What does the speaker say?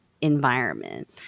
environment